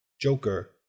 Joker